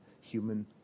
human